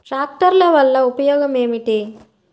ట్రాక్టర్ల వల్ల ఉపయోగం ఏమిటీ?